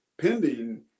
pending